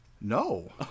No